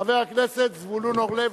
חבר הכנסת זבולון אורלב.